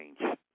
change